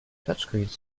touchscreens